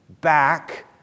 back